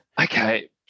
Okay